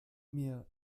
mir